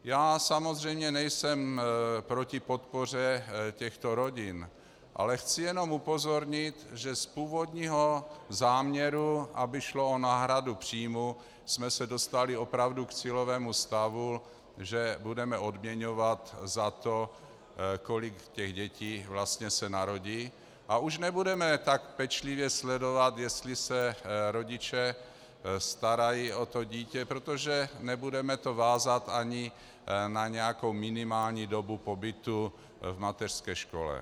Já samozřejmě nejsem proti podpoře těchto rodin, ale chci jenom upozornit, že z původního záměru, aby šlo o náhradu příjmu, jsme se dostali opravdu k cílovému stavu, že budeme odměňovat za to, kolik dětí se narodí, a už nebudeme tak pečlivě sledovat, jestli se rodiče starají o to dítě, protože to nebudeme vázat ani na nějakou minimální dobu pobytu v mateřské škole.